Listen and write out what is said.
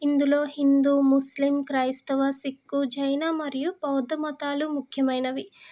ఇందులో హిందూ ముస్లిం క్రైస్తవ సిక్కు జైైన మరియు బౌద్ధమతాలు ముఖ్యమైనవి